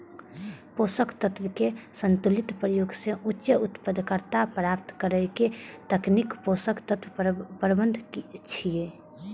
पोषक तत्व के संतुलित प्रयोग सं उच्च उत्पादकता प्राप्त करै के तकनीक पोषक तत्व प्रबंधन छियै